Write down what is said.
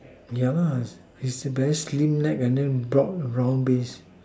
yeah lah is a very slim neck broad brown base